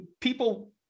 people